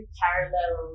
parallel